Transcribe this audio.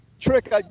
Trick